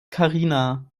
karina